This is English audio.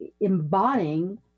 embodying